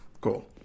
Cool